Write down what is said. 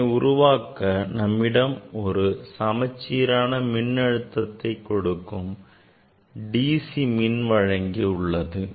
இதனை உருவாக்க நம்மிடம் ஒரு சமச்சீரான மின் அழுத்தத்தை கொடுக்கும் DC மின் வழங்கி உள்ளது